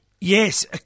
yes